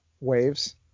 waves